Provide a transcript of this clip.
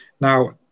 Now